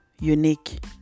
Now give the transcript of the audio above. unique